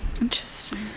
Interesting